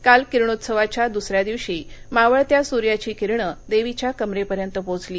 काल किरणोत्सवाच्या दुसऱ्या दिवशी मावळत्या सूर्याची किरणे देवीच्या कमरेपर्यंत पोहोचली